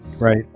Right